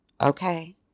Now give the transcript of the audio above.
okay